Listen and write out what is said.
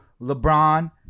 LeBron